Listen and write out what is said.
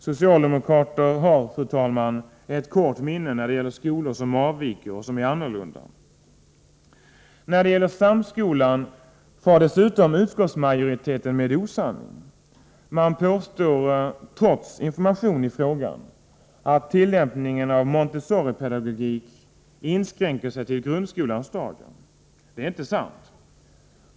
Socialdemokrater har, fru talman, ett kort minne när det gäller skolor som avviker och som är annorlunda! När det gäller Samskolan far dessutom utskottsmajoriteten med osanning. Man påstår, trots information i frågan, att tillämpningen av Montessoripedagogik inskränker sig till grundskolans stadier. Detta är inte sant.